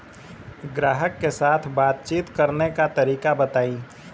ग्राहक के साथ बातचीत करने का तरीका बताई?